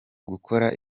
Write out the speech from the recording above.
gukora